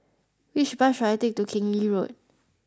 which bus should I take to Keng Lee Road